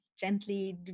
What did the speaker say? gently